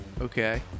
Okay